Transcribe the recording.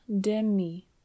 demi